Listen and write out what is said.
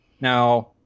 Now